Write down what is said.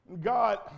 God